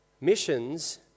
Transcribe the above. missions